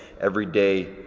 everyday